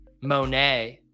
Monet